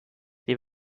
sie